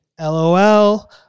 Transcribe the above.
LOL